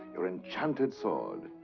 your enchanted sword,